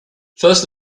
first